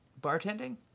Bartending